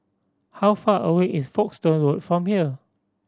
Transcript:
how far away is Folkestone Road from here